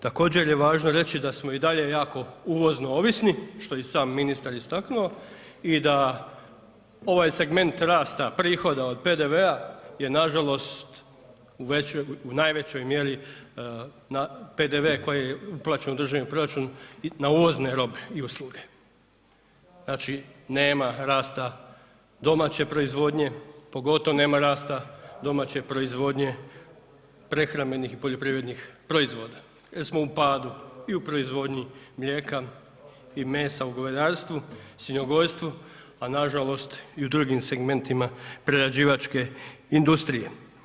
Također je važno reći da smo i dalje jako uvozno ovisni, što je i sam ministar istaknuo i da ovaj segment rasta prohoda od PDV-a je nažalost u najvećoj mjeri na PDV koji uplaćen u državni proračun, na uvozne robe i usluge, znači nema rasta domaće proizvodnje, pogotovo nema rasta domaće proizvodnje prehrambenih i poljoprivrednih proizvoda jer smo u padu i u proizvodnji mlijeka i mesa u govedarstvu, svinjogojstvu a nažalost i u drugim segmentima prerađivačke industrije.